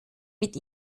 mit